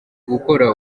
gukora